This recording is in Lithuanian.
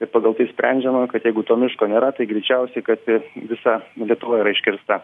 ir pagal tai sprendžiama kad jeigu to miško nėra tai greičiausiai kad visa lietuva yra iškirsta